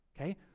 Okay